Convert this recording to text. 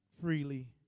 freely